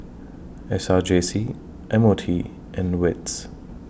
S R J C M O T and WITS